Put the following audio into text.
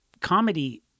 comedy